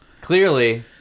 Clearly